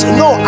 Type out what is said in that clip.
no